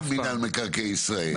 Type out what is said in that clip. שמנהל מקרקעי ישראל,